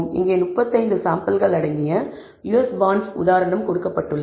இங்கே 35 சாம்பிள்கள் அடங்கிய US பான்ட்ஸ் உதாரணம் கொடுக்கப்பட்டுள்ளது